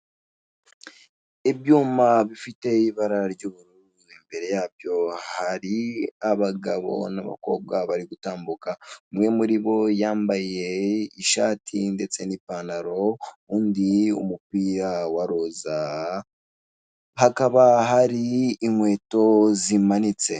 Ibyuma bifite ibara ry'ubururu, imbere yabyo hari abagabo n'abakobwa bari gutambuka, umwe muri bo yambaye ishati ndetse n'ipantaro, undi umupira wa roza, hakaba hari inkweto zimanitse.